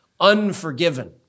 unforgiven